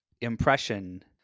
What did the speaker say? impression